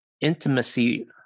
intimacy